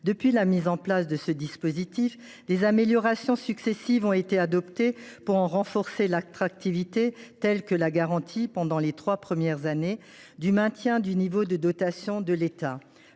Depuis la mise en place de ce dispositif, des améliorations successives ont été adoptées pour en renforcer l’attractivité, par exemple la garantie, pendant les trois premières années, du maintien du niveau des dotations de l’État.